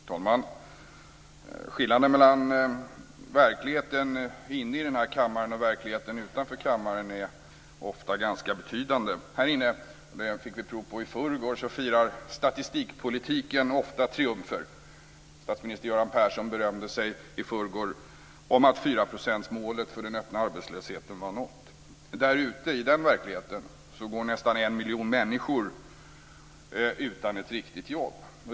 Herr talman! Skillnaden mellan verkligheten här i kammaren och verkligheten utanför kammaren är ofta ganska betydande. Vi fick här i förrgår prov på att statistikpolitiken ofta firar triumfer. Statsminister Göran Persson berömde sig i förrgår av att 4 verkligheten utanför kammaren går nästan en miljon människor utan ett riktigt jobb.